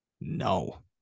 No